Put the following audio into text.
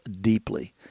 deeply